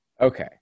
Okay